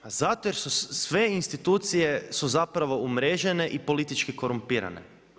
Pa zato jer su sve institucije su zapravo umrežene i politički korumpirane.